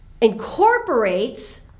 incorporates